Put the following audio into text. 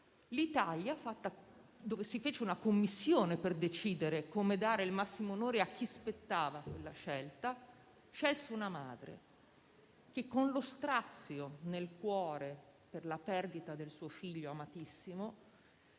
L'Italia, che fece una commissione per decidere come dare il massimo onore e a chi spettasse quella scelta, scelse una madre, che, con lo strazio nel cuore per la perdita del suo figlio amatissimo,